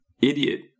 idiot